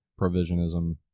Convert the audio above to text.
Provisionism